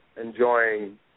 enjoying